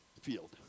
field